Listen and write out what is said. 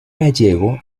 gallego